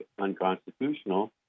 unconstitutional